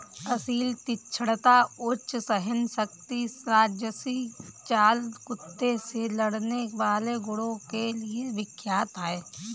असील तीक्ष्णता, उच्च सहनशक्ति राजसी चाल कुत्ते से लड़ने वाले गुणों के लिए विख्यात है